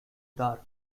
dark